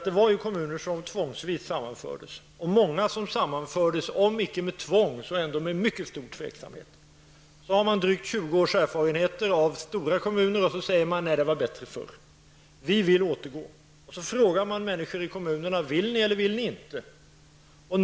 Det var ju kommuner som tvångsvis sammanfördes och många som sammanfördes om icke med tvång så ändå med mycket stor tveksamhet. Man har nu drygt 20 års erfarenheter av stora kommuner och säger då: ''Nej, det var bättre förr. Vi vill återgå till det.'' Man frågar människor i kommuner om de vill återgå eller inte.